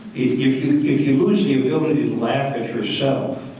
if you if you lose the ability to laugh at yourself,